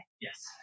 Yes